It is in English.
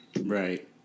Right